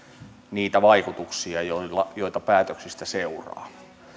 niitä vaikutuksia joita joita päätöksistä seuraa